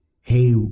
hey